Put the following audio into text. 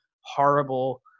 horrible